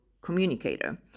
communicator